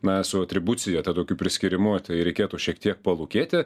na su atribucija tuo tokiu priskyrimu tai reikėtų šiek tiek palūkėti